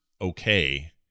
okay